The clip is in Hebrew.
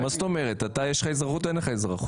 יש לך אזרחות או אין לך אזרחות?